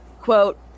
Quote